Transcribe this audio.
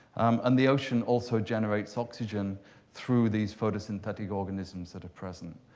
um and the ocean also generates oxygen through these photosynthetic organisms that are present.